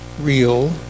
real